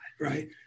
right